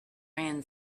ran